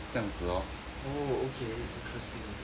oh okay interesting interesting